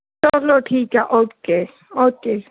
ਚਲੋ ਠੀਕ ਆ ਓਕੇ ਓਕੇ